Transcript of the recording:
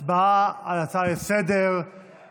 להצבעה על ההצעה לסדר-היום.